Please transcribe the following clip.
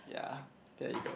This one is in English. yeah there you go